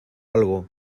algo